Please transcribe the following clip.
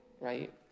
right